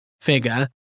figure